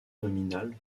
nominale